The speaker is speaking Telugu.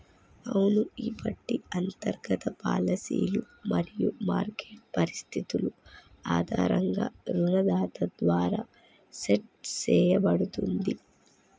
అవును ఈ పట్టి అంతర్గత పాలసీలు మరియు మార్కెట్ పరిస్థితులు ఆధారంగా రుణదాత ద్వారా సెట్ సేయబడుతుంది